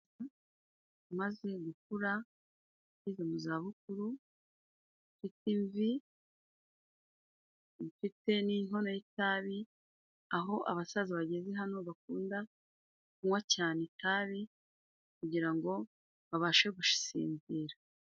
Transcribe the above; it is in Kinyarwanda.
Maze gukura ngeze mu za bukuru, mfite imvi, mfite n'inkono y'itabi, aho abasaza bageze hano bakunda kunywa cyane itabi, kugira ngo babashe gusinzira.